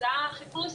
מבוצע החיפוש,